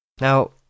Now